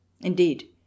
Indeed